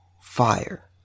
fire